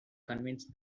convinced